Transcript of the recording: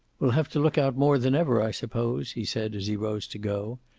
we'll have to look out more than ever, i suppose, he said, as he rose to go.